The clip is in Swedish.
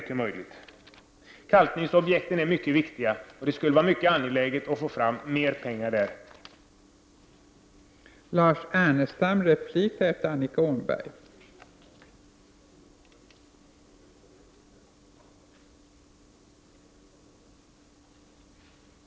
Kalkningsobjekten är mycket viktiga, och det skulle vara mycket angeläget att få fram mer pengar till dessa.